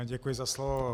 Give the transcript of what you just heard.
Děkuji za slovo.